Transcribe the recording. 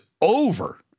over